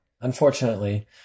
Unfortunately